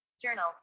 Journal